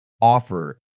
Offer